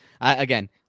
again